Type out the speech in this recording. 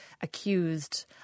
accused